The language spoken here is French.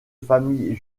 famille